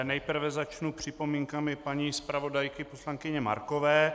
Nejprve začnu připomínkami paní zpravodajky poslankyně Markové.